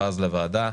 ואז לוועדה.